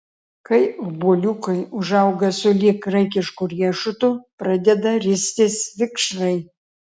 kai obuoliukai užauga sulig graikišku riešutu pradeda ristis vikšrai